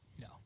No